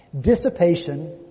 dissipation